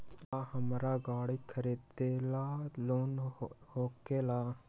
का हमरा गारी खरीदेला लोन होकेला?